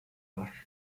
var